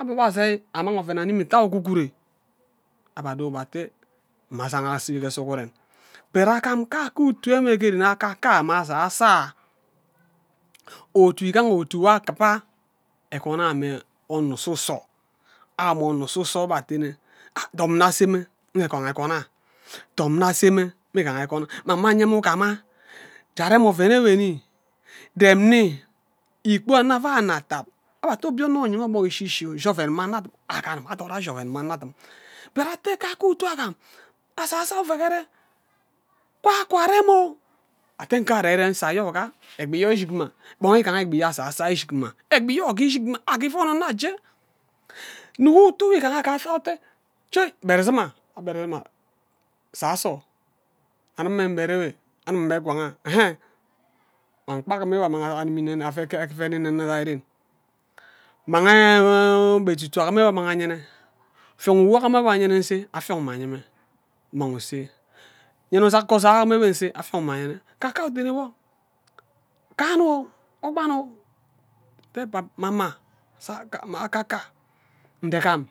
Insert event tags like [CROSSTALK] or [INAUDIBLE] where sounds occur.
ebhe wo asai annang oven anum ate juct agogore abhe aabo wo gba ate gima ajaga aso ge sughuren but agam kake uta ke ren akaka ayo mma asasa ayo oto igaha ofo nwo akiba ekwon ayo mme onno ususo awo mme onno ususo abhe atene dan nne ase mme igaha ekwon arh dam nne ase mme igaha ekwon ari man mme anye mme ugama ja rem oven enwe rem nni ikpo anno avai anno atad abhe ate obie onno ivoo iyira obok ishi ishi nna ushi oven mme anno adim agam mme adot ashi oven mme anno adini but ate kake utu agam asasa ayo ufughore kwa karem ate kwa ka reh isa ayo oga egbi yo ishik mma gbon igaha egbi asaso yo ishik mma egbi yo ishik mma egi ivun onno aje nnuk utu nwo igaha asaso ayo ute chod gbere sima agbere mma saso anim mme ngbere inwe anim mme ngwang arh wan kpa [HESITATION] anim mme nnime ja ke ren mang [HESITATION] ugba etutu anyim nwo ayene fiong wo wogor nwo ayeme nse afion mme anye mme umang use yene uzank ghe ozai enwe se nze afiang mme anyene kaka ayo utene wo kanu [HESITATION] ogbon ate [HESITATION] mama ma akaka nde gem